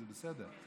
וזה בסדר.